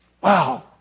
Wow